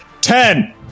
Ten